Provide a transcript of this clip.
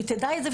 תדע על זה.